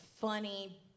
funny